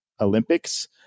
Olympics